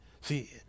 See